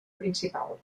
principal